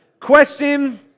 Question